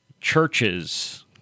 churches